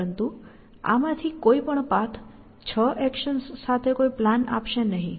પરંતુ આમાંથી કોઈપણ પાથ છ એક્શન્સ સાથે કોઈ પ્લાન આપશે નહીં